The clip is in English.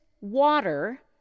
water